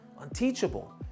unteachable